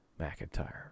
McIntyre